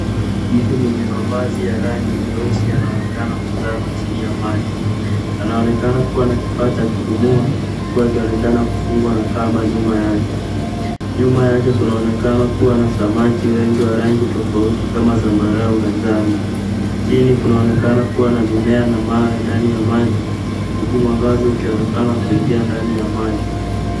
Mtu mwenye mavazi ya rangi nyeusi yanaonekana kuzama chini ya maji. Anaonekana kuwa na kifaa cha kupumua huku akionekana kufungwa na kamba nyuma yake. Nyuma yake kunaonekana kuwa na samaki wengi wa rangi tofauti kama zambarau na njano. Chini kunaonekana kuwa na mimea na mawe ndani ya maji. Huku mwangaza ukionekana kuingia ndani ya maji.